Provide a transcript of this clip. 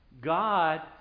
God